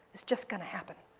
it's just going to happen.